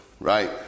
Right